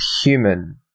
human-